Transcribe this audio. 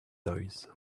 toys